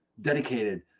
dedicated